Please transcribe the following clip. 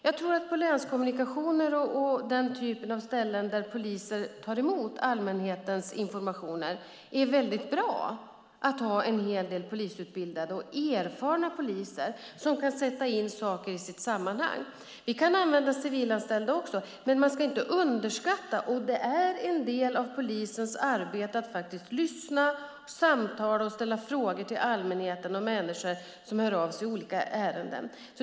Jag tror att det på länskommunikationen och den typ av ställen där poliser tar emot allmänhetens information är väldigt bra att ha en hel del polisutbildade och erfarna poliser som kan sätta in saker i sitt sammanhang. Man kan använda civilanställda också, men vi ska inte underskatta polisens betydelse. Det är en del av polisens arbete att lyssna på, samtala med och ställa frågor till allmänheten, människor som hör av sig i olika ärenden.